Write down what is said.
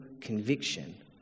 conviction